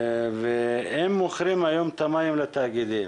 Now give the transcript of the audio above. והם מוכרים היום את המים לתאגידים,